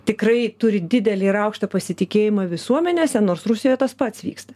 tikrai turi didelį ir aukštą pasitikėjimą visuomenėse nors rusijoje tas pats vyksta